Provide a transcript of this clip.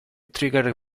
trigger